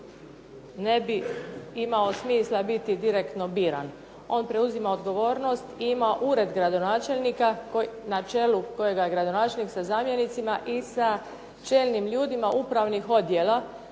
ne bi imao smisla biti direktno biran. On preuzima odgovornost, ima ured gradonačelnika na čelu kojega je gradonačelnik sa zamjenicima i sa čelnim ljudima upravnih odjela,